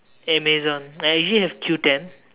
Amazon I usually have Q-ten